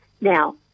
Now